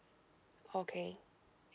okay